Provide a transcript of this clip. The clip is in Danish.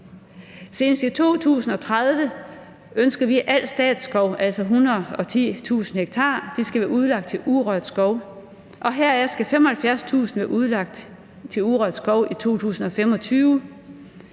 Senest i 2030 ønsker vi al statsskov, altså 110.000 ha, udlagt til urørt skov, og heraf skal 75.000 ha være udlagt til urørt skov i 2025.